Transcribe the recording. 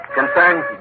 concerns